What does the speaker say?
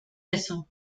eso